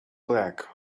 black